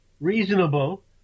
reasonable